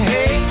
Hey